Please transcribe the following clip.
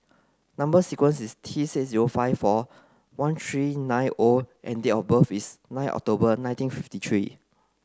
number sequence is T six zero five four one three nine O and date of birth is nine October nineteen fifty three